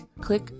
Click